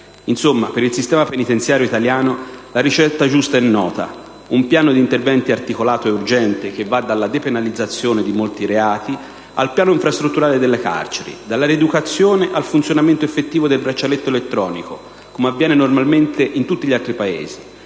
Insomma, per il sistema penitenziario italiano la ricetta giusta è nota: un piano d'interventi articolato e urgente, che va dalla depenalizzazione di molti reati al piano infrastrutturale delle carceri, dalla rieducazione, al funzionamento effettivo del braccialetto elettronico (come avviene normalmente negli altri Paesi),